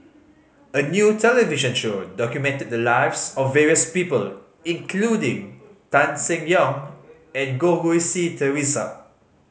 a new television show documented the lives of various people including Tan Seng Yong and Goh Rui Si Theresa